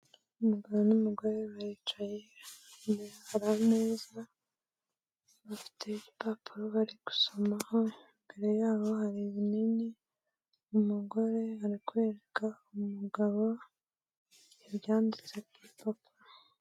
Umugabo n'umugore baricaye, imbere hari ameza, bafite igipapuro bari gusomaho, imbere yabo hari ibinini, umugore ari kwereka umugabo ibyanditse ku bipapuro.